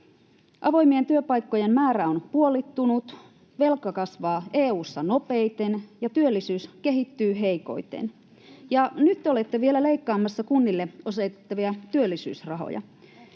Avoimien työpaikkojen määrä on puolittunut, velka kasvaa EU:ssa nopeiten, ja työllisyys kehittyy heikoiten. Nyt te olette vielä leikkaamassa kunnille osoitettavia työllisyysrahoja.